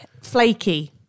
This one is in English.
Flaky